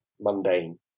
mundane